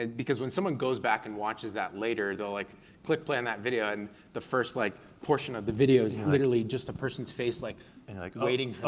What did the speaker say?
and because when someone goes back and watches that later, they'll like click play on that video and the first like portion of the video is literally just a person's face like and they're like waiting so